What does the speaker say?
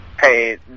Hey